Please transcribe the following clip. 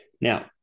Now